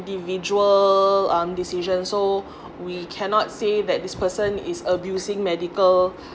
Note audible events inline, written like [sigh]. individual um decision so [breath] we cannot say that this person is abusing medical